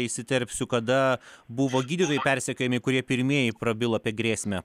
įsiterpsiu kada buvo gydytojai persekiojami kurie pirmieji prabilo apie grėsmę